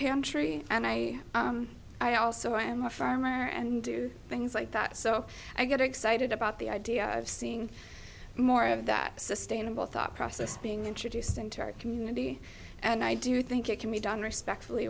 pantry and i i also i am a farmer and do things like that so i get excited about the idea of seeing more of that sustainable thought process being introduced into our community and i do think it can be done respectfully